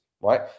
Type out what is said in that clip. right